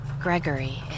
Gregory